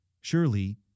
surely